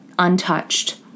untouched